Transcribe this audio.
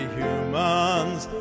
humans